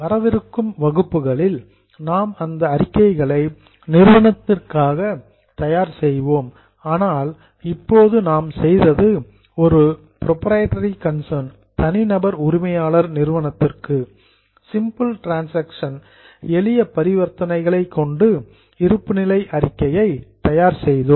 வரவிருக்கும் வகுப்புகளில் நாம் இந்த அறிக்கைகளை நிறுவனத்திற்காக தயார் செய்வோம் ஆனால் இப்போது நாம் செய்தது ஒரு புரோபிரைட்டரி கன்சர்ன் தனிநபர் உரிமையாளர் நிறுவனத்திற்கு சிம்பிள் டிரன்சாக்சன்ஸ் எளிய பரிவர்த்தனைகளை கொண்டு இருப்புநிலை அறிக்கையை தயார் செய்தோம்